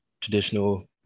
traditional